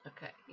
Okay